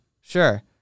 sure